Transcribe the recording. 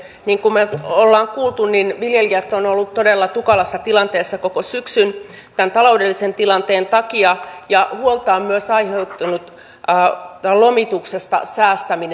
niin kuin me olemme kuulleet viljelijät ovat olleet todella tukalassa tilanteessa koko syksyn tämän taloudellisen tilanteen takia ja huolta on aiheuttanut myös lomituksesta säästäminen